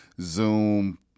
Zoom